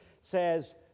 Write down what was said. says